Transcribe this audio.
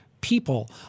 people